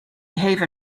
behave